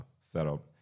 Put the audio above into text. setup